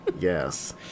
Yes